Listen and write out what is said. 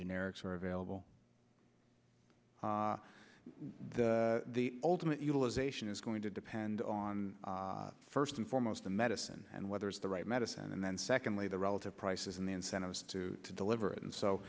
generics are available the ultimate utilization is going to depend on first and foremost the medicine and whether it's the right medicine and then secondly the relative prices and the incentives to deliver it and so